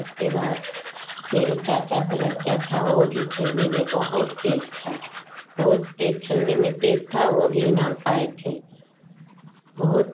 उसके बाद मेरी चाचा का लड़का था वह भी खेलने में बहुत तेज़ था बहुत तेज़ खेलने में तेज़ था वह भी इनाम पाए थे बहुत